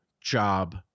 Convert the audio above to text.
job